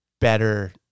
better